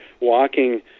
walking